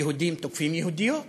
יהודים תוקפים יהודיות.